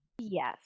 yes